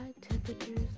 temperatures